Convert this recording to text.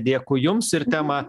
dėkui jums ir temą